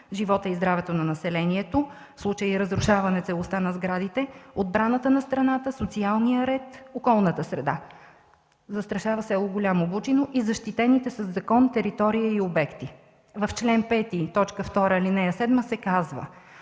живота и здравето на населението, в случая и разрушаване целостта на сградите, отбраната на страната, социалния ред, околната среда, които застрашават село Голямо Бучино и защитените със закон територия и обекти? В чл. 5, ал. 2, т. 7 се казва: